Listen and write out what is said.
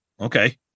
Okay